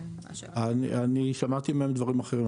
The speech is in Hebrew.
אני שמעתי מהם דברים אחרים,